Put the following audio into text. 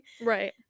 Right